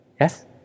Yes